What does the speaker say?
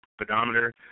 speedometer